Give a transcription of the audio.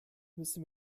müssen